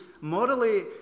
morally